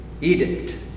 edict